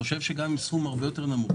אני חושב שגם עם סכום הרבה יותר נמוך,